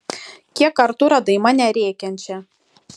kiek kartų radai mane rėkiančią